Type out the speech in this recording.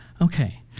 Okay